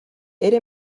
era